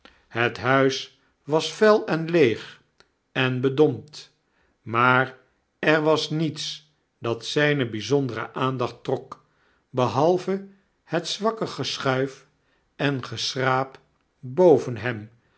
het huis was vuil en leeg en bedompt maar er was niets dat zjne byzondere aandacht trok behalve het zwakke geschuif en geschraap boven hem